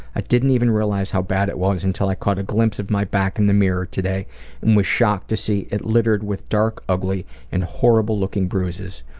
i didn't even realize how bad it was until i caught a glimpse of my back in the mirror today and was shocked to see it littered with dark, ugly and horrible-looking bruises.